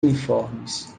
uniformes